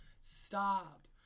stop